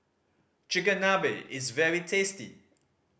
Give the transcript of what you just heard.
chigenabe is very tasty